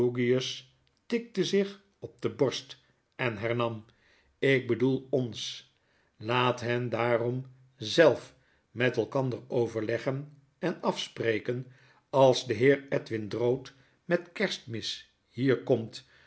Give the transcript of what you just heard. tikte zich op de borst en hernam ik bedoel ons laat hen daarom zelf met elkander overleggen en afspreken als de heer edwin drood met kerstmis hier komt